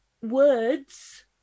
Words